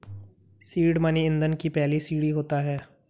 seed money ईंधन की पहली सीढ़ी होता है